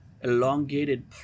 elongated